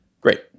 great